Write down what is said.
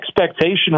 expectation